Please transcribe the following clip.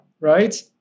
right